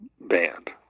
band